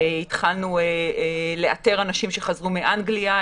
התחלנו לאתר אנשים שחזרו מאנגליה,